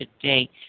today